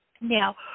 Now